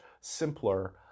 simpler